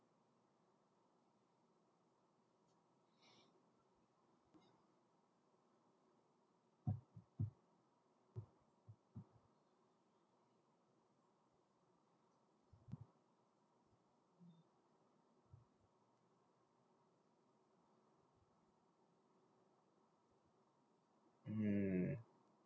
mm